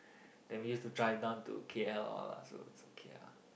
then we used to drive down to K_L all ah so is okay ah